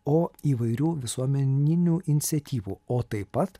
o įvairių visuomeninių iniciatyvų o taip pat